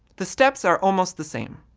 the steps are almost the same.